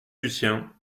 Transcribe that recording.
lucien